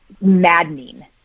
maddening